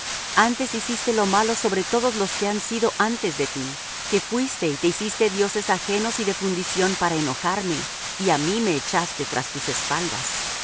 antes hiciste lo malo sobre todos los que han sido antes de ti que fuiste y te hiciste dioses ajenos y de fundición para enojarme y á mí me echaste tras tus espaldas